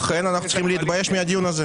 אכן אנחנו צריכים להתבייש מהדיון הזה.